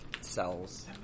cells